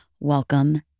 Welcome